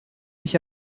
sich